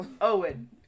Owen